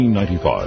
1995